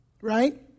right